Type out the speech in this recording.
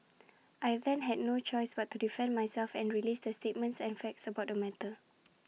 I then had no choice but to defend myself and release the statements and facts about the matter